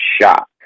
shot